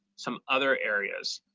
some other areas.